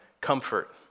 comfort